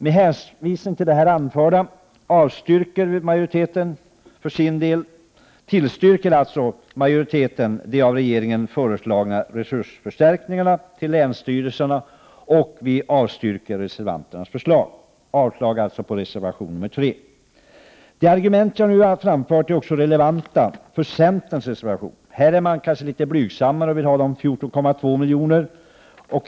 Med hänvisning till det anförda tillstyrker utskottsmajoriteten de av regeringen föreslagna resursförstärkningarna till länsstyrelserna och avstyrker reservationerna. Jag yrkar avslag på reservation nr 3. De argument som jag nu anfört är relevanta även för centerns reservation. I den är man litet blygsammare och föreslår 14,2 milj.kr.